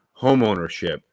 homeownership